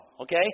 Okay